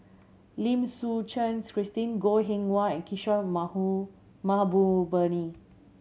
Lim Suchen Christine Goh Eng Wah and Kishore Mahbubani